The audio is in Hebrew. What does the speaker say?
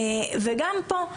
וגם פה,